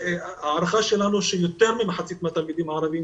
להערכתנו יותר ממחצית מהתלמידים הערבים